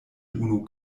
unu